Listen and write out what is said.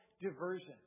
diversion